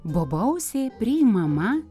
bobausė priimama